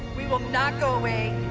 we will not go away.